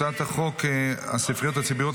הצעת חוק הספריות הציבוריות,